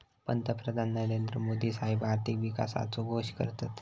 पंतप्रधान नरेंद्र मोदी साहेब आर्थिक विकासाचो घोष करतत